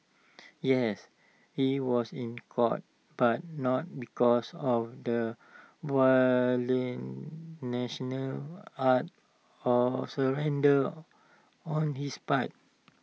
yes he was in court but not because of the act of surrender on his part